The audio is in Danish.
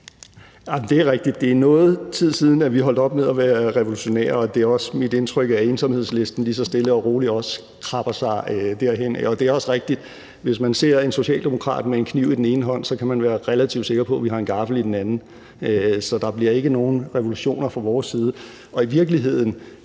Det er rigtigt; det er noget tid siden, vi holdt op med at være revolutionære, og det er også mit indtryk, at Ensomhedslisten lige så stille og roligt også krabber sig derhenad. Og det er også rigtigt, at hvis man ser en socialdemokrat med en kniv i den ene hånd, kan man være relativt sikker på, at vi har en gaffel i den anden. Så der bliver ikke nogen revolutioner fra vores side. I virkeligheden